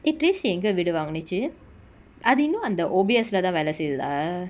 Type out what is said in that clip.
eh tresy எங்க வீடு வாங்குனிச்சு அது இன்னு அந்த:enga veedu vangunichu athu innu antha O_B_S lah தா வேல செய்யுதா:tha vela seiyutha